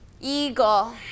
Eagle